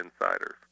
insiders